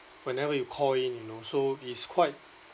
whenever you call in you know so it's quite